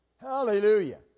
Hallelujah